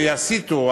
ויסיתו,